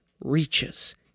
reaches